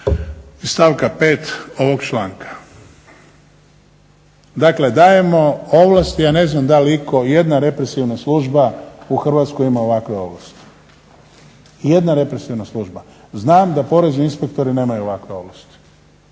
stavka 5. ovog članka. Dakle, dajemo ovlasti. Ja ne znam da li itko i jedna represivna služba u Hrvatskoj ima ovakve ovlasti, i jedna represivna služba. Znam da porezni inspektori nemaju ovakve ovlasti.